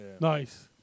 Nice